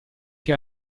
che